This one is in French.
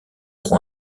pro